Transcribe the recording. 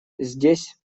здесь